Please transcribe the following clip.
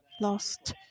lost